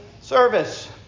service